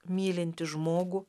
mylintis žmogų